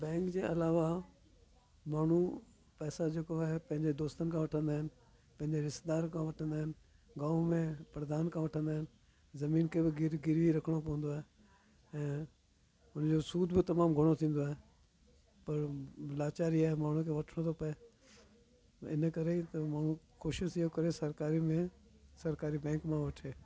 bank जे अलावा माण्हू पैसा जेको आहे पंहिंजे दोस्तनि खां वठंदा आहिनि पंहिंजे रिश्तेदार खां वठंदा आहिनि गांव में परधान खां वठंदा आहिनि ज़मीन के बि गिर गिर्वी रखिणो पवंदो आहे ऐं हुन जो सूद बि तमामु घणो थींदो आहे पर लाचारी जे माण्हू खे वठिणो थो पए इन करे त माण्हू कोशिशि इहो करे सरकारी में सरकारी बैंक मां वठे